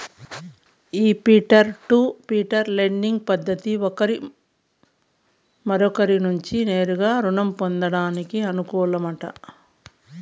ఈ peer to peer lending పద్దతి ఒకరు మరొకరి నుంచి నేరుగా రుణం పొందేదానికి అనుకూలమట